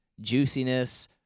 juiciness